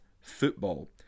football